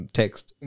text